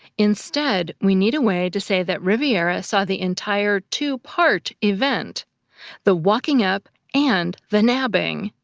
instead, we need a way to say that rivera saw the entire two-part event the walking up, and the nabbing.